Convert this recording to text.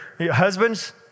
husbands